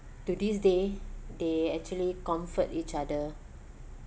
to this day they actually comfort each other